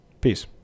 Peace